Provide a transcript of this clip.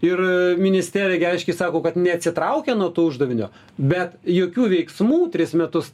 ir ministerija aiškiai sako kad neatsitraukia nuo to uždavinio bet jokių veiksmų tris metus